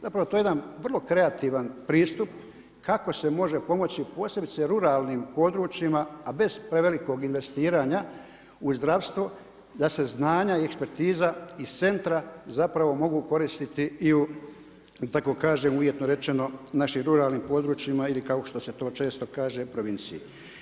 Zapravo to je jedan vrlo kreativan pristup kako se može pomoći, posebice ruralnim područjima a bez prevelikog investiranja u zdravstvo da se znanja i ekspertiza iz centra zapravo mogu koristiti i u, da tako kažem uvjetno rečeno našim ruralnim područjima ili kao što se to često kaže provinciji.